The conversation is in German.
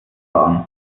bauen